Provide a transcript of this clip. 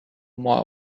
more